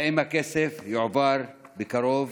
3. האם הכסף יועבר בקרוב?